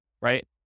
right